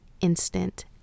instant